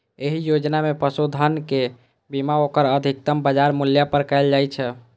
एहि योजना मे पशुधनक बीमा ओकर अधिकतम बाजार मूल्य पर कैल जाइ छै